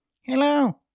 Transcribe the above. Hello